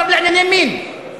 שר לענייני מין.